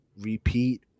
repeat